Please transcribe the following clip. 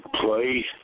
play